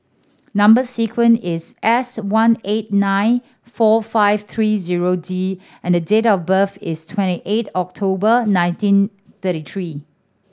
number sequence is S one eight nine four five three zero D and the date of birth is twenty eight October nineteen thirty three